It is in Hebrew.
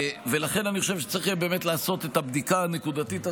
ולכן אני חושב שצריך יהיה לעשות את הבדיקה הנקודתית הזאת,